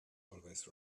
always